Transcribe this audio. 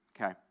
Okay